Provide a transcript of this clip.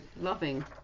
loving